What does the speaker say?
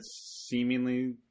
seemingly